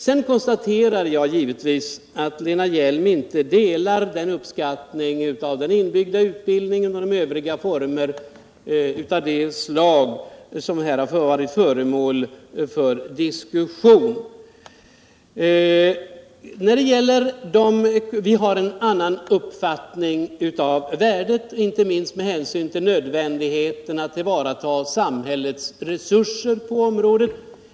Sedan konstaterar jag givetvis att Lena Hjelm-Wallén inte instämmer i uppskattningen av den inbyggda utbildningen och övriga utbildningsformer av det slag som här har varit föremål för diskussion. Vi har en annan uppfattning om värdet, inte minst med hänsyn till nödvändigheten av att tillvarata samhällets resurser på området.